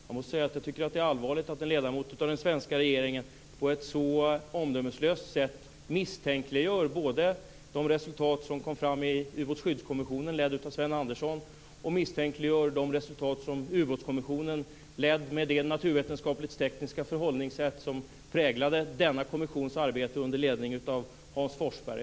Jag måste säga att jag tycker att det är allvarligt att en ledamot av den svenska regeringen på ett så omdömeslöst sätt misstänkliggör både de resultat som man kom fram till i Ubåtsskyddskommissionen ledd av Sven Andersson och de resultat som Ubåtskommissionen kom fram till, ledd med det naturvetenskapligt-tekniska förhållningssätt som präglade denna kommissions arbete under ledning av Hans Forsberg.